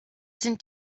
sind